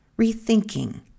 rethinking